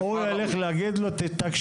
למה הוא צריך את המפעל